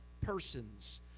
persons